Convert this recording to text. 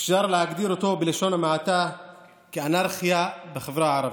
אפשר להגדיר בלשון המעטה כאנרכיה בחברה הערבית,